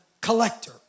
Collector